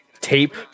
tape